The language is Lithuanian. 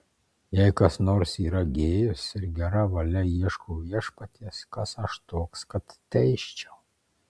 jei kas nors yra gėjus ir gera valia ieško viešpaties kas aš toks kad teisčiau